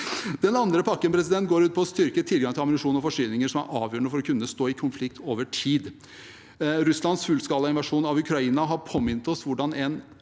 Den andre pakken går ut på å styrke tilgangen på ammunisjon og forsyninger, som er avgjørende for å kunne stå i konflikt over tid. Russlands fullskala invasjon av Ukraina har påminnet oss hvordan en